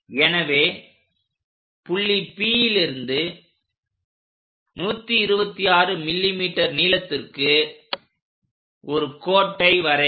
எனவே புள்ளி P லிருந்து 126 mm நீளத்திற்கு ஒரு கோட்டை வரைக